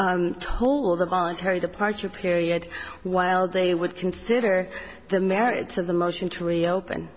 toll the voluntary departure period while they would consider the merits of the motion to reopen